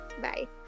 Bye